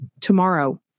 tomorrow